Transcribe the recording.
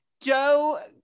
Joe